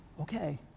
Okay